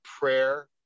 prayer